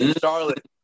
Charlotte